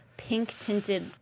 Pink-tinted